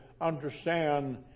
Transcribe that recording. understand